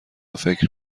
فکر